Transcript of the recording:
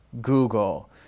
Google